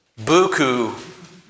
buku